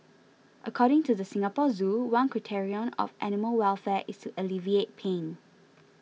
according to the Singapore Zoo one criterion of animal welfare is to alleviate pain